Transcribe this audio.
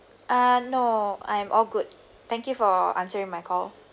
uh no I am all good thank you for answering my call